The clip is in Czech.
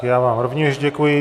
Já vám rovněž děkuji.